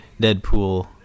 Deadpool